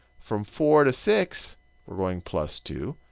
from four to six we're going plus two.